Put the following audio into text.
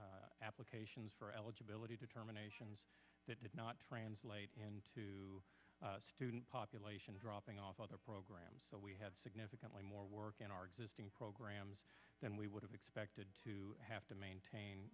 increased applications for eligibility determinations that did not translate into the student population dropping off other programs so we had significantly more work in our existing programs than we would have expected to have to maintain